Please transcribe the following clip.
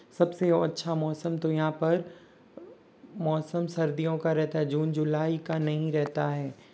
सबसे अच्छा मौसम तो यहाँ पर मौसम सर्दियों का रहता है जून जुलाई का नहीं रहता है